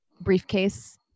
briefcase